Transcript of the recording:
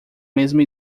mesma